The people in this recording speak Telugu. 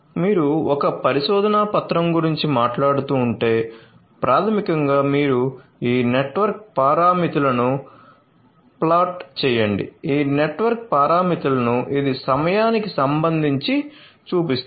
మీరు ఒక పరిశోధనా పత్రం గురించి మాట్లాడుతుంటే ప్రాథమికంగా మీరు ఈ నెట్వర్క్ పారామితులును ప్లాట్ చేయండి ఈ నెట్వర్క్ పారామితులను ఇది సమయానికి సంబంధించి చూపిస్తుంది